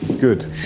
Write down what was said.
Good